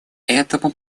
этому